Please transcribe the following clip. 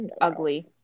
Ugly